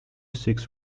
six